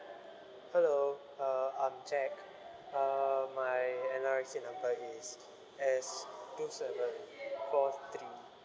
hello uh I'm jack uh my N_R_I_C number is S two seven four three